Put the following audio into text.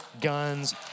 guns